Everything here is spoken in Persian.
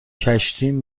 کشتیم